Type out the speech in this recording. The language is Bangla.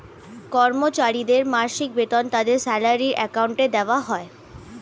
কর্মচারীদের মাসিক বেতন তাদের স্যালারি অ্যাকাউন্টে দেওয়া হয়